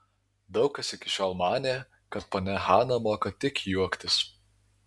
daug kas iki šiol manė kad ponia hana moka tik juoktis